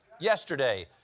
Yesterday